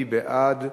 מי בעד?